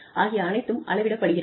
ஆகிய அனைத்தும் அளவிடப்படுகிறது